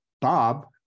Bob